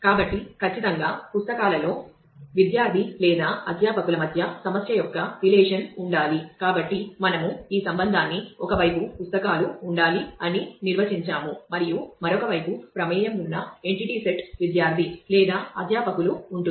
కాబట్టి ఖచ్చితంగా పుస్తకాలలో విద్యార్థి లేదా అధ్యాపకుల మధ్య సమస్య యొక్క రిలేషన్ ఉంది